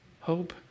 Hope